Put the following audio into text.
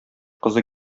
кызы